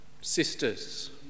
sisters